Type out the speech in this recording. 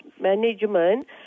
management